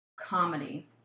Comedy